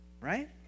Right